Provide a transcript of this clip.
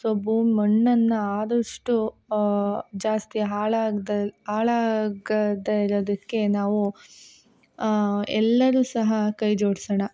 so ಬೂಮ್ ಮಣ್ಣನ್ನು ಆದಷ್ಟು ಜಾಸ್ತಿ ಹಾಳಾಗದ ಹಾಳಾಗದೆ ಇರೋದಕ್ಕೆ ನಾವು ಎಲ್ಲರೂ ಸಹ ಕೈ ಜೋಡಿಸೋಣ